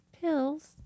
Pills